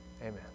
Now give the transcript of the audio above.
Amen